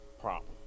problem